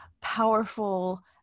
powerful